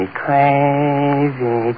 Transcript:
crazy